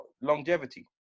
longevity